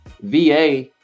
va